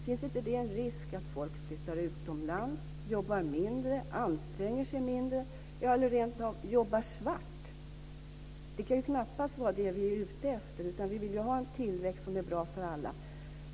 Finns det inte en risk att folk flyttar utomlands, jobbar mindre, anstränger sig mindre eller rentav jobbar svart? Det kan knappast vara det vi är ute efter. Vi vill ju ha en tillväxt som är bra för alla.